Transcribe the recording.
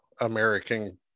American